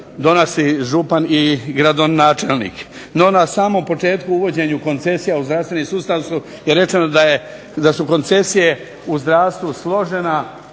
donosi župan i gradonačelnik. No na samom početku uvođenju koncesija u zdravstveni sustav je rečeno da su koncesije u zdravstvu složena